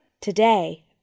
Today